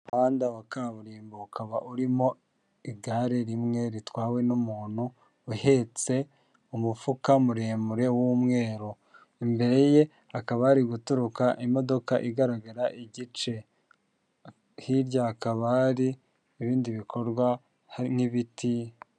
Umuhanda wa kaburimbo ukaba urimo igare rimwe ritwawe n'umuntu uhetse umufuka muremure w'umweru, imbere ye hakaba hari guturuka imodoka igaragara igice hirya hakaba hari ibindi bikorwa harimo ibiti.